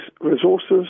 resources